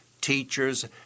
teachers